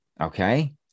Okay